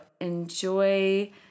enjoy